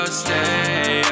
stay